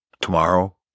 tomorrow